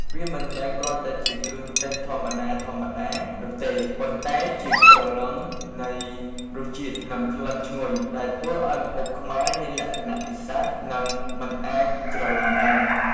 វាមិនមែនគ្រាន់តែជាគ្រឿងទេសធម្មតាៗនោះទេ ប៉ុន្តែជា ព្រលឹងនៃរសជាតិ និងក្លិនឈ្ងុយ ដែលធ្វើឱ្យម្ហូបខ្មែរមានលក្ខណៈពិសេស និងមិនអាចច្រឡំបាន។